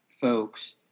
folks